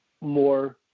more